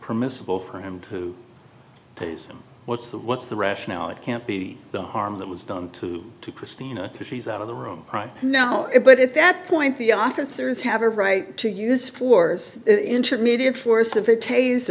permissible for him to tase what's the what's the rationale it can't be the harm that was done to christina because she's out of the room right now it but if that point the officers have a right to use force intermediate force of a tas